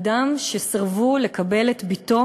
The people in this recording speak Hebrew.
אדם שסירבו לקבל את בתו